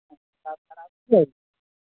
गाछ खराब नहि हेतै